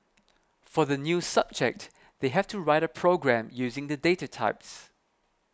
for the new subject they have to write a program using the data types